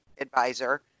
advisor